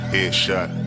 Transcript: Headshot